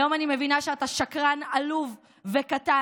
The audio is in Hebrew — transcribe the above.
היום אני מבינה שאתה שקרן עלוב וקטן.